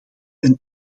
een